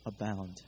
abound